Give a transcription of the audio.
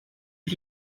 est